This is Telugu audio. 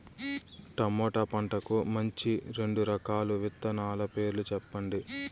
టమోటా పంటకు మంచి రెండు రకాల విత్తనాల పేర్లు సెప్పండి